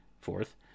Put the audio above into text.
Fourth